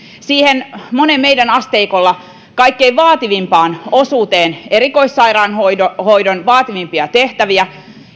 siihen monen meidän asteikolla kaikkein vaativimpaan osuuteen erikoissairaanhoidon vaativimpia tehtäviä